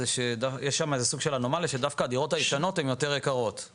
יש שמה איזה סוג של אנומליה שדווקא הדירות הישנות הן יותר יקרות,